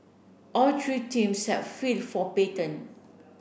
all three teams have for patent